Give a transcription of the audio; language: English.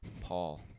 Paul